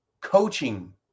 coaching